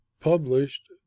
published